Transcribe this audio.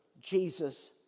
Jesus